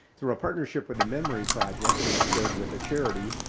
through a partnership with the memory project, who is paired with a charity,